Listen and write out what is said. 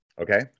Okay